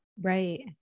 right